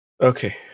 Okay